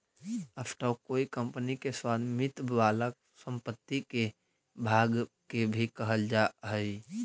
stock कोई company के स्वामित्व वाला संपत्ति के भाग के भी कहल जा हई